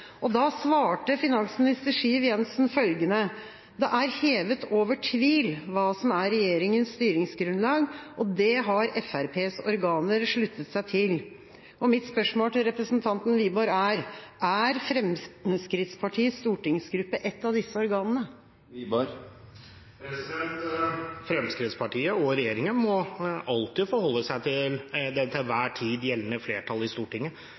pensjonsfinte. Da svarte finansminister Siv Jensen følgende: «Men det er hevet over tvil hva som er regjeringens styringsgrunnlag, og det har Fremskrittspartiets organer sluttet seg til.» Mitt spørsmål til representanten Wiborg er: Er Fremskrittspartiets stortingsgruppe ett av disse organene? Fremskrittspartiet og regjeringen må alltid forholde seg til det til enhver tid gjeldende flertall i Stortinget.